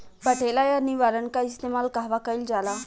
पटेला या निरावन का इस्तेमाल कहवा कइल जाला?